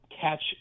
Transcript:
catch